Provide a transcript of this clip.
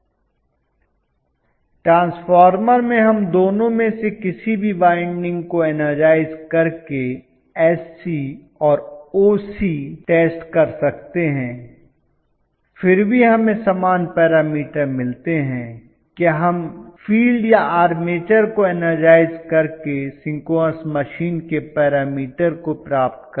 छात्र ट्रांसफार्मर में हम दोनों में से किसी भी वाइंडिंग को एनर्जाइज़ करके एससी और ओसी टेस्ट कर सकते हैं फिर भी हमें समान पैरामीटर मिलते हैं क्या हम फील्ड या आर्मेचर को एनर्जाइज़ करके सिंक्रोनस मशीन के पैरामीटर को प्राप्त कर पाएंगे